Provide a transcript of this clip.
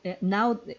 Now